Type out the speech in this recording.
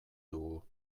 dugu